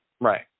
Right